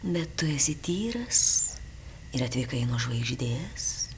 bet tu esi tyras ir atvykai nuo žvaigždės